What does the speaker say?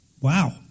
wow